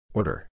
Order